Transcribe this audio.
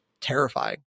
terrifying